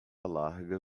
larga